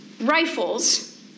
rifles